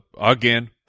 again